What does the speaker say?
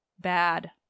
bad